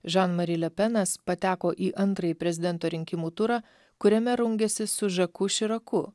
žan mary lepenas pateko į antrąjį prezidento rinkimų turą kuriame rungėsi su žaku širaku